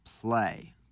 play